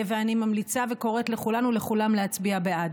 ואני ממליצה וקוראת לכולם ולכולן להצביע בעד.